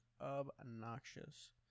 obnoxious